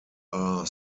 are